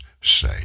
say